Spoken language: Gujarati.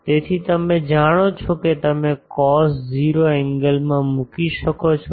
તેથી તમે જાણો છો કે તમે કોસ 0 એંગલમાં મૂકી શકો છો